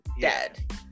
dead